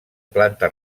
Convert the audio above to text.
planta